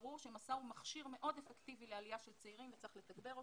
בבירור שמסע הוא מכשיר מאוד אפקטיבי לעלייה של צעירים וצריך לתגבר אותו.